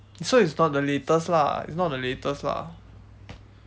so it's not the latest lah it's not the latest lah